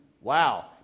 Wow